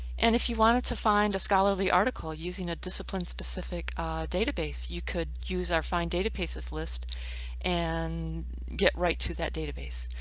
and if you wanted to find a scholarly article using a discipline specific database, you could use our find databases list and get right to that database.